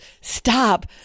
stop